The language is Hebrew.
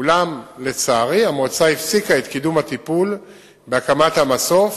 אולם לצערי המועצה הפסיקה את קידום הטיפול בהקמת המסוף